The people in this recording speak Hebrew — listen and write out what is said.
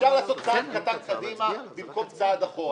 אפשר לעשות צעד קטן קדימה במקום צעד אחורה.